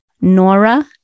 Nora